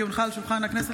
כי הונחו על שולחן הכנסת,